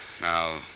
Now